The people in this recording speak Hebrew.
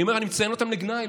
אני אומר שאני מציין אותם לגנאי,